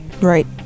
Right